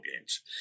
games